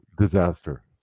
disaster